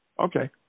Okay